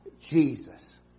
Jesus